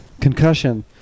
concussion